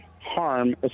harm